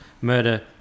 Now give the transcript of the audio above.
murder